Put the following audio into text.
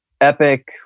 epic